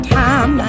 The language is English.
time